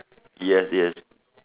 yes yes